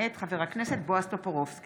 מאת חברי הכנסת מיכל רוזין